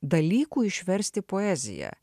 dalykų išversti poeziją